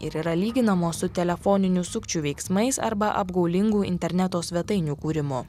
ir yra lyginamos su telefoninių sukčių veiksmais arba apgaulingu interneto svetainių kūrimu